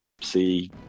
see